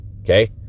okay